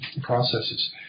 processes